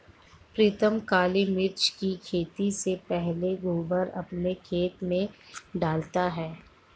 प्रीतम काली मिर्च की खेती से पहले गोबर अपने खेत में डालता है